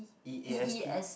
e_a_s_t